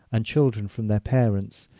and children from their parents,